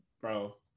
Bro